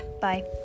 bye